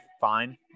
fine